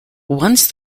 once